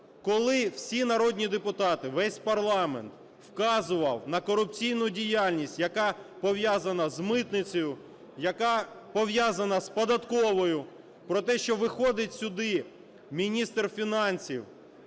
Коли всі народні депутати, весь парламент вказував на корупційну діяльність, яка пов'язана з митницею, яка пов'язана з податковою, про те, що виходить сюди міністр фінансів